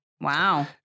Wow